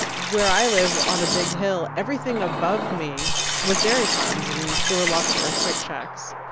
where i live on a big hill, everything above me was dairy farms and there were lots of earthquake shacks.